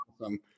awesome